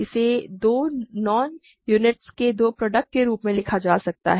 इसे दोनॉन यूनिट के दो प्रोडक्ट के रूप में लिखा जा सकता है